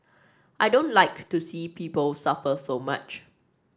I don't like to see people suffer so much